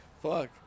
Fuck